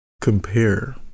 compare